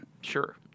Sure